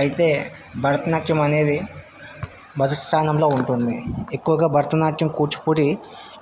అయితే భరతనాట్యం అనేది మొదటి స్థానంలో ఉంటుంది ఎక్కువగా భరతనాట్యం కూచిపూడి